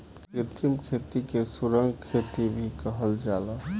कृत्रिम खेती के सुरंग खेती भी कहल जाला